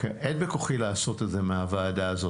אין בכוחי לעשות את זה מהוועדה הזאת,